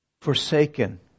forsaken